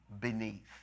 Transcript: beneath